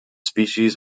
species